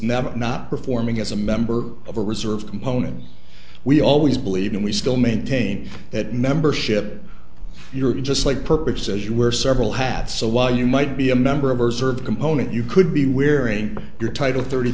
never not performing as a member of a reserve component we always believe and we still maintain that membership you're just like purged as you were several hats so while you might be a member of a reserve component you could be wearing your title thirty